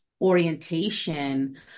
orientation